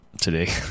today